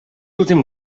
últim